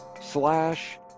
slash